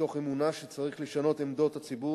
מתוך אמונה שצריך לשנות את עמדות הציבור